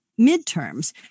midterms